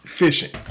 fishing